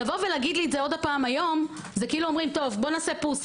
לומר לי את זה שוב היום זה כמו לומר :נעשה סטופ.